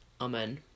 Amen